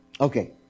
Okay